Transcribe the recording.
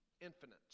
Infinite